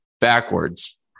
backwards